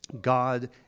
God